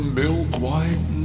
milk-white